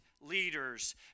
leaders